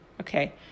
Okay